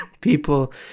people